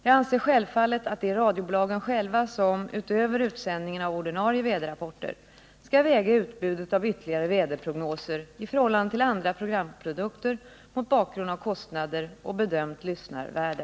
Jag anser självfallet att det är radiobolagen själva som — utöver utsändningen av ordinarie väderrapporter — skall väga utbudet av ytterligare väderprognoser i förhållande till andra programprodukter mot bakgrund av kostnader och bedömt lyssnarvärde.